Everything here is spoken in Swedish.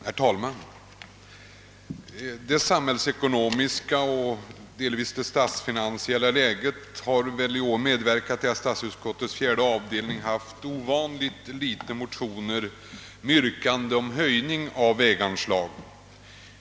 Herr talman! Det samhällsekonomiska liksom även det statsfinansiella läget har väl i år medverkat till att statsutskottets fjärde avdelning haft ovanligt få motioner med yrkanden om höjning av väganslagen.